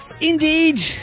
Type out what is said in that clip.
Indeed